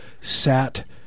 sat